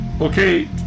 Okay